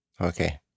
Okay